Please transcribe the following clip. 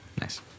Nice